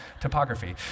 topography